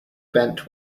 bent